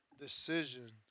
decision